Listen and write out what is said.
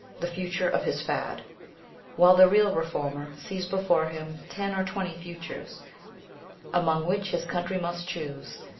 the future of his fad while the real reformer sees before him ten or twenty futures among which his country must choose,